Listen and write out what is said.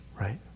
right